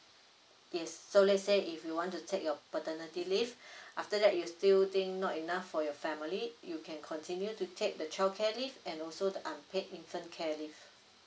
yes so let's say if you want to take your paternity leave after that you still think not enough for your family you can continue to take the childcare leave and also the unpaid infant care leave